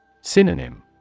Synonym